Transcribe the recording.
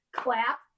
clap